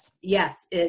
yes